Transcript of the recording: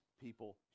people